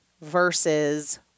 versus